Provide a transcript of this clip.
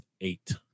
eight